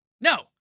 No